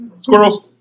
Squirrels